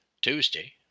Tuesday